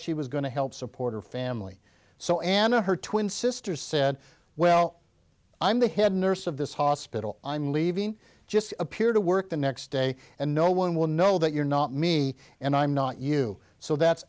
she was going to help support her family so and her twin sister said well i'm the head nurse of this hospital i'm leaving just appear to work the next day and no one will know that you're not me and i'm not you so that's